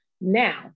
Now